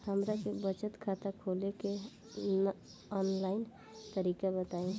हमरा के बचत खाता खोले के आन लाइन तरीका बताईं?